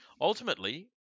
Ultimately